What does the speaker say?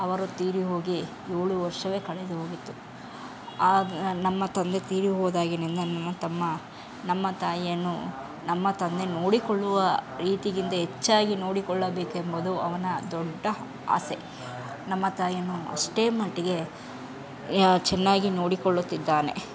ಅವರು ತೀರಿ ಹೋಗಿ ಏಳು ವರ್ಷವೇ ಕಳೆದು ಹೋಗಿತ್ತು ಆಗ ನಮ್ಮ ತಂದೆ ತೀರಿ ಹೋದಾಗಿನಿಂದ ನನ್ನ ತಮ್ಮ ನಮ್ಮ ತಾಯಿಯನ್ನು ನಮ್ಮ ತಂದೆ ನೋಡಿಕೊಳ್ಳುವ ರೀತಿಗಿಂತ ಹೆಚ್ಚಾಗಿ ನೋಡಿಕೊಳ್ಳಬೇಕೆಂಬುದು ಅವನ ದೊಡ್ಡ ಆಸೆ ನಮ್ಮ ತಾಯಿಯನ್ನು ಅಷ್ಟೇ ಮಟ್ಟಿಗೆ ಚೆನ್ನಾಗಿ ನೋಡಿಕೊಳ್ಳುತ್ತಿದ್ದಾನೆ